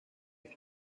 from